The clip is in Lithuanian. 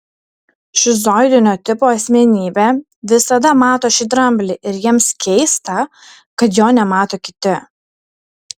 šizoidinio tipo asmenybė visada mato šį dramblį ir jiems keista kad jo nemato kiti